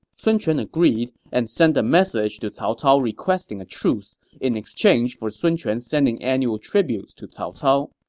sun quan agreed and sent a message to cao cao requesting a truce in exchange for sun quan sending annual tributes to cao cao.